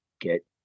get